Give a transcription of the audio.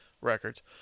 records